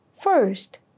First